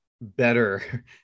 better